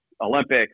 Olympics